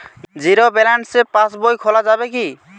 Zero balance pass বই খোলা যাবে কি?